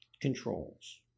controls